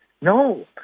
No